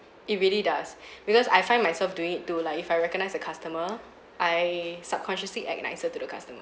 it really does because I find myself doing it too like if I recognize a customer I subconsciously act nicer to the customer